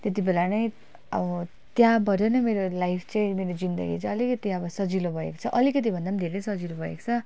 त्यतिबेला नै अब त्यहाँबाट नै मेरो लाइफ चाहिँ मेरो जिन्दगी चाहिँ अलिकति अब सजिलो भएको छ अलिकतिभन्दा पनि धेरै सजिलो भएको छ